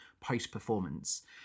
post-performance